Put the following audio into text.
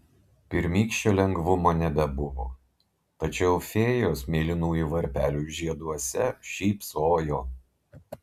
pirmykščio lengvumo nebebuvo tačiau fėjos mėlynųjų varpelių žieduose šypsojo